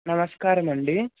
నమస్కారమండి